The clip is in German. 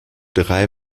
drei